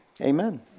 Amen